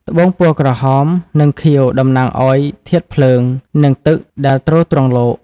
ត្បូងពណ៌ក្រហម និងខៀវ តំណាងឱ្យធាតុភ្លើង និងទឹកដែលទ្រទ្រង់លោក។